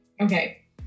Okay